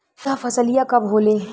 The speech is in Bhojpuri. यह फसलिया कब होले?